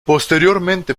posteriormente